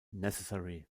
necessary